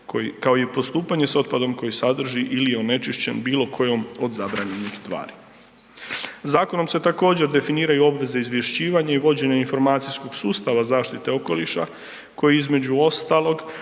kao i postupanje s otpadom koji sadrži ili je onečišćen bilo kojom od zabranjenih tvari. Zakonom se također definiraju i obveze izvješćivanja i vođenja informacijskog sustava zaštite okoliša koji između ostalog